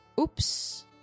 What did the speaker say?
oops